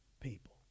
people